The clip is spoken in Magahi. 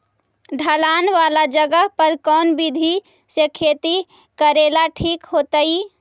ढलान वाला जगह पर कौन विधी से खेती करेला ठिक होतइ?